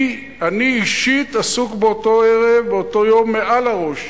אני אישית עסוק באותו ערב, באותו יום, מעל לראש.